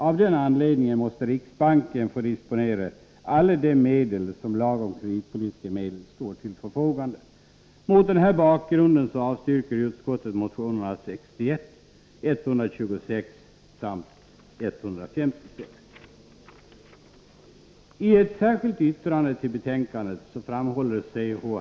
Av den anledningen måste riksbanken få disponera alla de medel som enligt lagen om kreditpolitiska medel står till förfogande. I ett särskilt yttrande till betänkandet framhåller C.-H.